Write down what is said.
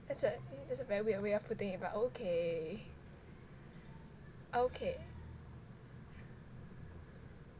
that's a that's a very weird way of putting it but okay okay